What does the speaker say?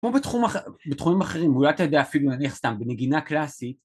כמו בתחומים אחרים, אולי אתה יודע, אפילו נניח סתם בנגינה קלאסית